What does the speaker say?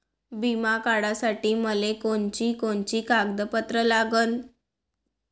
बिमा काढासाठी मले कोनची कोनची कागदपत्र लागन?